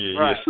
right